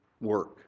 work